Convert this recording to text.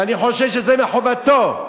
ואני חושב שזה מחובתו.